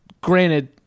Granted